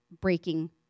breaking